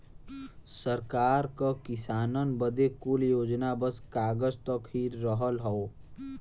सरकार क किसानन बदे कुल योजना बस कागज तक ही रहल हौ